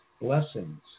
blessings